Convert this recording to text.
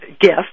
Gift